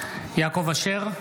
(קורא בשם חבר הכנסת) יעקב אשר,